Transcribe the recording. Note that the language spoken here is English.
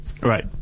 right